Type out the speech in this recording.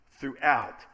throughout